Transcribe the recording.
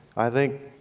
i think,